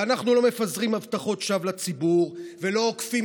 ואנחנו לא מפזרים הבטחות שווא לציבור ולא עוקפים